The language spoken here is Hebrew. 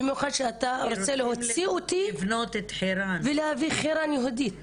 במיוחד כשהם רוצים להוציא אותי ולהביא חיראן יהודית.